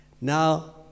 Now